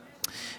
סמוטריץ',